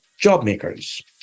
JobMakers